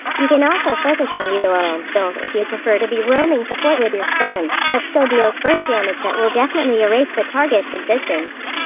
you can also focus on eudoroam build if you prefer to be roaming support with your stun, but still deals burst damage that will definitely erase the target's existence.